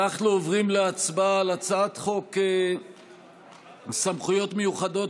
אנחנו עוברים להצבעה על הצעת חוק סמכויות מיוחדות